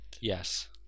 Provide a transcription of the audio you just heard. Yes